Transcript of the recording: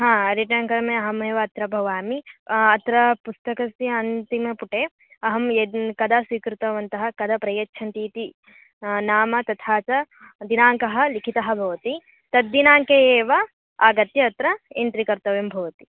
हा रिटेङ्करणे अहमेव अत्र भवामि अत्र पुस्तकस्य अन्तिमपुटे अहं यद् कदा स्वीकृतवन्तः कदा प्रयच्छन्ति इति नाम तथा च दिनाङ्कः लिखितः भवति तद् दिनाङ्के एव आगत्य अत्र एन्ट्रि कर्तव्यं भवति